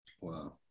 Wow